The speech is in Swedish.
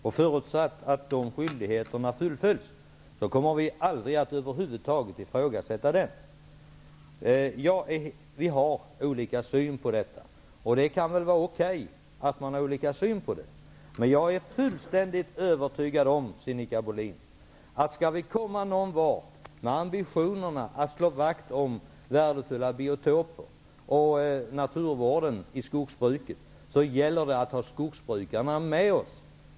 Om dessa skyldigheter respekteras, kommer vi moderater aldrig att över huvud taget ifrågasätta allemansrätten. Sinikka Bohlin och jag har olika syn på dessa frågor, och det är väl okej. Men jag är fullständigt övertygad om att om vi skall komma någon vart med att leva upp till ambitionerna att slå vakt om värdefulla biotoper och naturvården inom skogsbruket, gäller det att skogsbrukarna med oss.